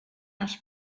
els